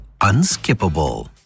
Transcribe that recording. unskippable